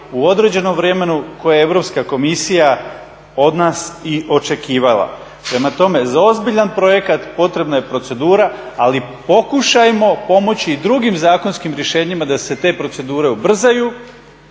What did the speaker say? u određenom vremenu koje je Europska komisija od nas i očekivala. Prema tome, za ozbiljan projekat potrebna je procedura ali pokušajmo pomoći i drugim zakonskim rješenjima da se te procedure ubrzaju